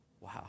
Wow